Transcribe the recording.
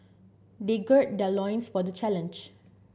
they gird their loins for the challenge